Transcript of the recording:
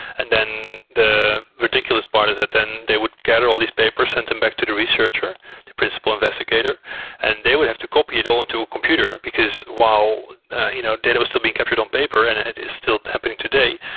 and then the ridiculous part is that then they would gather all these papers, send them back to the researcher, the principal investigator and they would have to copy it all onto a computer, because while you know data was still being captured on paper and it is still happening today,